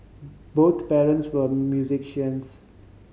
both parents were musicians